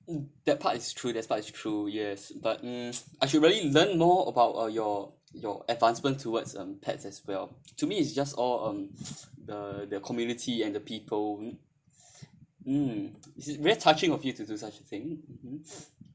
mm that part is true that part is true yes but mm I should really learn more about uh your your advancement towards um pets as well to me it's just all um the community and the people mm very touching of you to do such a thing mmhmm